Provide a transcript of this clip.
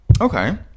Okay